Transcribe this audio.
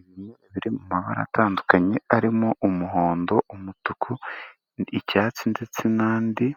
Ibimera biri mu mabara atandukanye arimo umuhondo, umutuku, icyatsi ndetse n'andi,